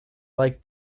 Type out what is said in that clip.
like